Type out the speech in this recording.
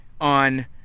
on